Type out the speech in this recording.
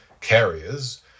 carriers